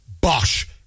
Bosh